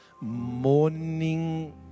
morning